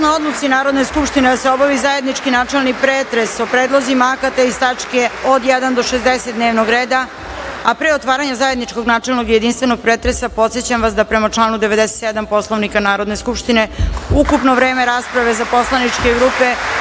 odluci Narodne skupštine da se obavi zajednički načelni pretres o Predlozima akata iz tačke od 1. do 60. dnevnog reda, a pre otvaranja zajedničkog jedinstvenog pretresa, podsećam vas da prema članu 97. Poslovnika Narodne skupštine ukupno vreme rasprave za poslaničke grupe